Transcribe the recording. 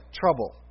trouble